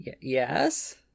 Yes